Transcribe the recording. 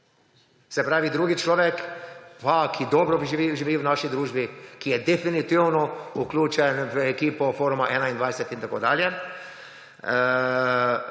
Se pravi, drugi človek, ki dobro živi v naši družbi, ki je definitivno vključen v ekipo Foruma 21 in tako dalje,